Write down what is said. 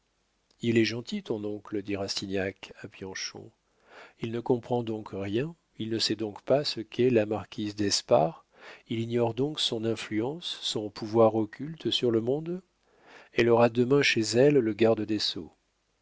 il est gentil ton oncle dit rastignac à bianchon il ne comprend donc rien il ne sait donc pas ce qu'est la marquise d'espard il ignore donc son influence son pouvoir occulte sur le monde elle aura demain chez elle le garde des sceaux